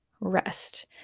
rest